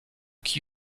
qui